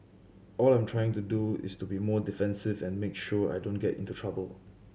all I am trying to do is to be more defensive and make sure I don't get into trouble